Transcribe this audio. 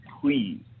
Please